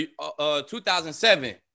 2007